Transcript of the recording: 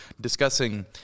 discussing